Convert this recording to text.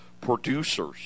producers